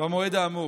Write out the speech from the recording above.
במועד האמור.